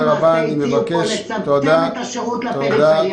הלכה למעשה מציעים פה לצמצם את השירות לפריפריה.